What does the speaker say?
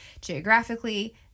geographically